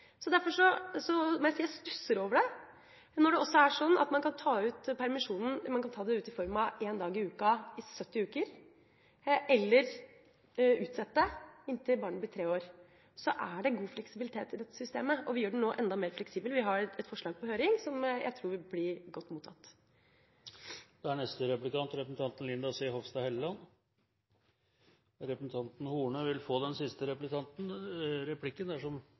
må jeg si at jeg stusser over det. Når det også er sånn at man kan ta ut permisjonen i form av én dag i uka i 70 uker, eller utsette inntil barnet blir tre år, er det god fleksibilitet i dette systemet, og vi gjør det nå enda mer fleksibelt. Vi har et forslag på høring som jeg tror blir godt mottatt.